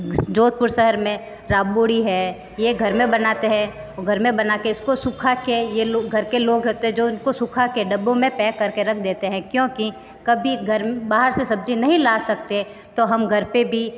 जोधपुर शहर में राग्बोड़ी है यह घर में बनाते हैं और घर में बनाके इसको सुखाके यह लोग घर के लोग रहते हैं जो इन को सुखाके डब्बों में पैक करके रख देते हैं क्योंकि कभी घर बाहर से सब्जी नहीं ला सकते तो हम घर पर भी